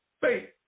faith